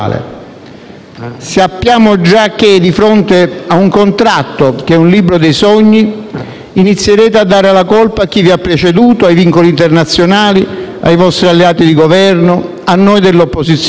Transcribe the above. Sappiamo già che, di fronte a un contratto che è un libro dei sogni, inizierete a dare la colpa a chi vi ha preceduto, ai vincoli internazionali, ai vostri alleati di Governo, a noi dell'opposizione,